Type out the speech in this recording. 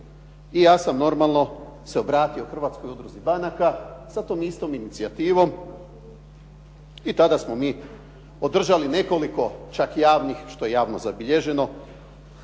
i ja sam normalno se obratio Hrvatskoj udruzi banaka sa tom istom inicijativom i tada smo mi održali nekoliko čak javnih što je javno zabilježeno